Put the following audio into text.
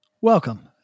welcome